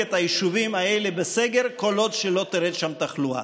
את היישובים האלה בסגר כל עוד לא תרד שם התחלואה.